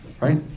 right